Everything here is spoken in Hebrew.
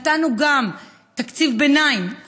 נתנו גם תקציב ביניים,